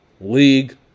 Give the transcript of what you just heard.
League